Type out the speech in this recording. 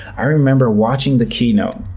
i remember watching the keynote,